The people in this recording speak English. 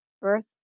birth